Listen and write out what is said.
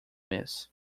miss